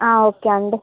okay అండి